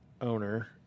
owner